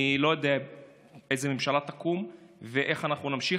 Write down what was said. אני לא יודע איזה ממשלה תקום ואיך אנחנו נמשיך,